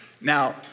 Now